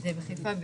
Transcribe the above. חיפה,